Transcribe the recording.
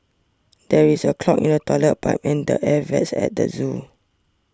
there is a clog in the Toilet Pipe and the Air Vents at the zoo